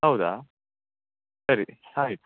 ಹೌದಾ ಸರಿ ಆಯ್ತು